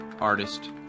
Artist